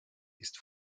ist